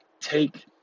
take